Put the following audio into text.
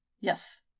Yes